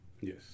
Yes